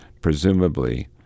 presumably